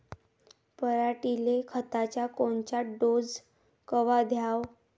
पऱ्हाटीले खताचा कोनचा डोस कवा द्याव?